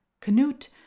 Canute